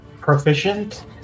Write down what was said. Proficient